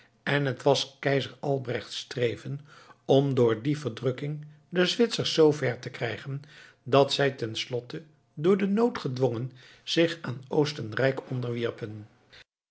en het was keizer albrechts streven om door die verdrukking de zwitsers zoo ver te krijgen dat zij ten slotte door den nood gedwongen zich aan oostenrijk onderwierpen